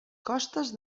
costes